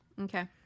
Okay